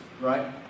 Right